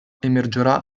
emergerà